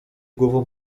głową